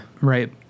right